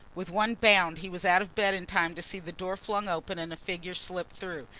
with one bound he was out of bed in time to see the door flung open and a figure slip through.